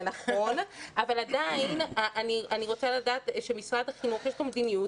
זה נכון אבל עדיין אני רוצה לדעת שלמשרד החינוך יש מדיניות,